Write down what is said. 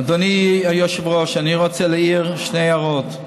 אדוני היושב-ראש, אני רוצה להעיר שתי הערות.